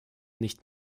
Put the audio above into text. nicht